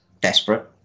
desperate